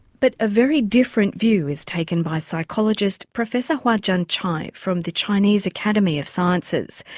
but a very different view is taken by psychologist professor huajian cai from the chinese academy of sciences.